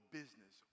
business